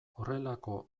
horrelako